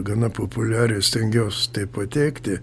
gana populiarios stengiaus taip pateikti